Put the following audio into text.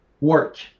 work